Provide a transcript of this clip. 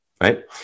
right